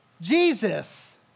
Jesus